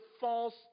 false